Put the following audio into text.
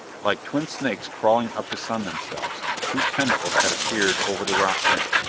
like twin snakes crawling up to sun themselves, two tentacles had appeared over the rock rim.